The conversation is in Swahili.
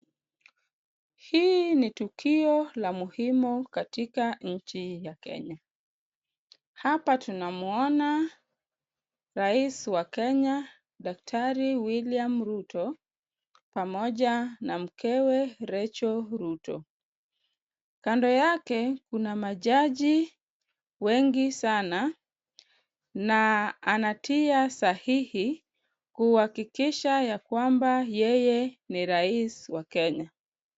Hii ni tukio la muhimu katika nchi ya Kenya. Hapa tunamwona rais wa Kenya daktari William Ruto pamoja na mkewe Rachel Ruto. Kando yake kuna majaji wengi sana na anatia sahihi kuhakikisha ya kwamba yeye ni rais wa Kenya.